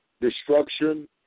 destruction